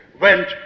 went